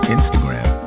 Instagram